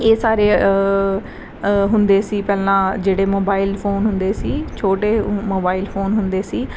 ਇਹ ਸਾਰੇ ਹੁੰਦੇ ਸੀ ਪਹਿਲਾਂ ਜਿਹੜੇ ਮੋਬਾਈਲ ਫੋਨ ਹੁੰਦੇ ਸੀ ਛੋਟੇ ਮੋਬਾਈਲ ਫੋਨ ਹੁੰਦੇ ਸੀ